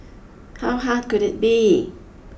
how hard could it be